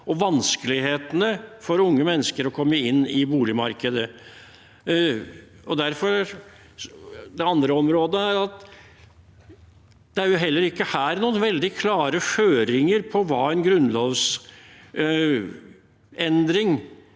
og vanskelighetene for unge mennesker med å komme inn i boligmarkedet. Det andre området er at det heller ikke her er noen veldig klare føringer for hva en grunnlovsendring